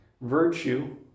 Virtue